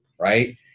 right